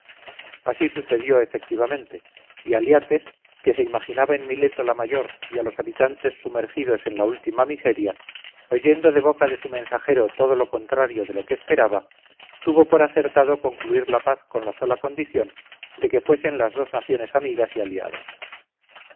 así sucedió efectivamente y aliates que se imaginaba en mileto la mayor y a los habitantes sumergidos en la última miseria oyendo de boca de su mensajero todo lo contrario de lo que esperaba tuvo por acertado concluir la paz con la sola condición de que fuesen las dos naciones amigas y aliadas